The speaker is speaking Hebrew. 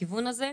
לכיוון הזה.